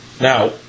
Now